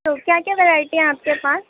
تو کیا کیا ویرائٹی ہیں آپ کے پاس